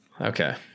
Okay